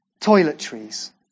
toiletries